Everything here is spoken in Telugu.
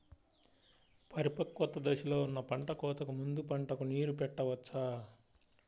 పరిపక్వత దశలో ఉన్న పంట కోతకు ముందు పంటకు నీరు పెట్టవచ్చా?